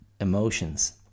emotions